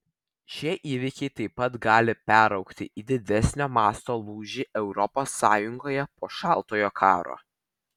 šie įvykiai taip pat gali peraugti į didesnio masto lūžį europos sąrangoje po šaltojo karo